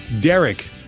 Derek